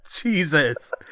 Jesus